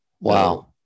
Wow